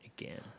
again